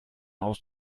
aus